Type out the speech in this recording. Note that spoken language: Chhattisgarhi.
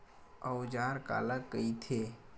औजार काला कइथे?